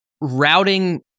routing